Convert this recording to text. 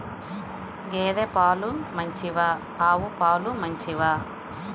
గేద పాలు మంచివా ఆవు పాలు మంచివా?